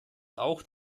auch